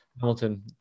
hamilton